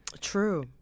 True